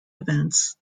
events